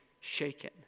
shaken